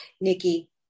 Nikki